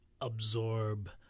absorb